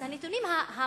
גברתי.